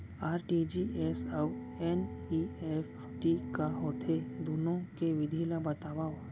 RTGS अऊ NEFT का होथे, दुनो के विधि ला बतावव